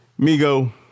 Migo